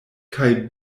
kaj